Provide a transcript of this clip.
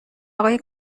آقای